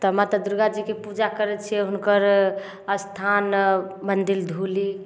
तऽ माता दुर्गा जीके पूजा करय छियै हुनकर स्थान मन्दिर धोली